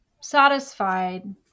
satisfied